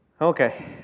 Okay